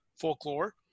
folklore